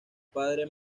padre